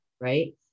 right